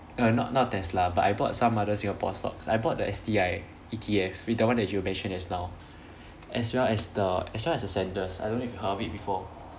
err not not tesla but I bought some other singapore stocks I bought the S_T_I E_T_F the one that you mentioned just now as well as the as well as the sanders I don't know if you heard of it before